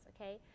okay